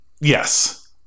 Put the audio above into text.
Yes